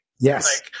Yes